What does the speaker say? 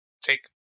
take